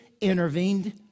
intervened